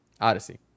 Odyssey